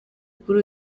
kuri